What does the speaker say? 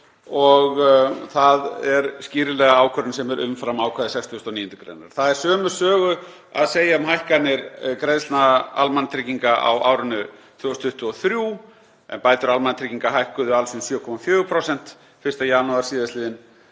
og það er skýrlega ákvörðun sem er umfram ákvæði 69. gr. Það er sömu sögu að segja um hækkanir greiðslna almannatrygginga á árinu 2023 en bætur almannatrygginga hækkuðu alls um 7,4% 1. janúar sl.